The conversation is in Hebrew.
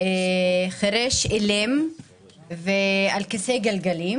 חירש אילם על כיסא גלגלים,